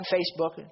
Facebook